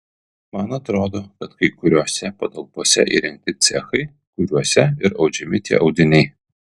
man atrodo kad kai kuriose patalpose įrengti cechai kuriuose ir audžiami tie audiniai